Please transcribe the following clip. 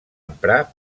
emprar